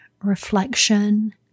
reflection